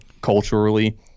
culturally